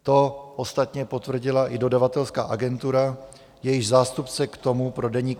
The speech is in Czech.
To ostatně potvrdila i dodavatelská agentura, jejíž zástupce k tomu pro Deník